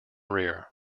rear